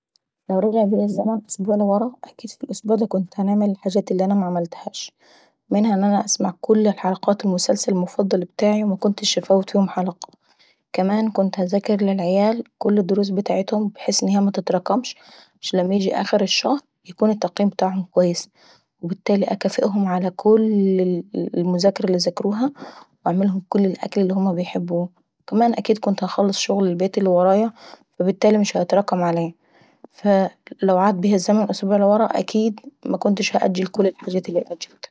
لو رجع بيا الزمان أسبوع لورا في الأسبوع ديه كنت هنعمل كل الحاجات اللي معملتهاش. منها انا نسمع كوول حلقات المسلسل المفضل ابتاعاي ومكنتش هنفوت فيهم حلقة. كمان كنت هنذاكر للعيال الدروس ابتاعتهم بحيث ان هي متتراكمش عليهم عشان لما ييجي اخر الشهر يكون التقييم ابتاعهم كويس وبالتالي نكافئهم على كل المذاكرة اللي ذاكروها ونعملهم كل الوكل اللي هما بيحبوه. وكمان اكيد كنت هنخلص شغل البيت اللي ورايي فالبتالي مش هيتراكم عليي. فاا لو عاد بيا الزمن لورا اسبوع اكيد مكنتش هنأجل كل الحاجات داي.